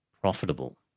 profitable